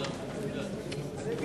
להעביר